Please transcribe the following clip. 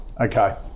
Okay